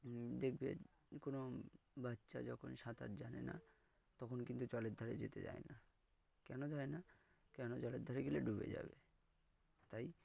দেখবে কোনো বাচ্চা যখন সাঁতার জানে না তখন কিন্তু জলের ধারে যেতে চায় না কেন চায় না কেন জলের ধারে গেলে ডুবে যাবে তাই